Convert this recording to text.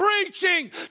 preaching